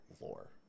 lore